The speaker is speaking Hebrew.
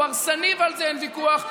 הוא הרסני ועל זה אין ויכוח.